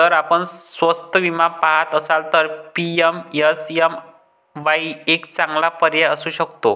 जर आपण स्वस्त विमा पहात असाल तर पी.एम.एस.एम.वाई एक चांगला पर्याय असू शकतो